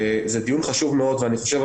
זה דיון חשוב מאוד ואני חושב,